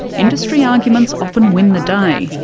industry arguments often win the day.